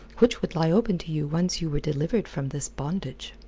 which would lie open to you once you were delivered from this bondage.